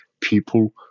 people